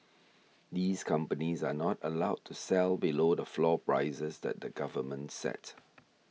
these companies are not allowed to sell below the floor prices that the government set